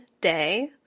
day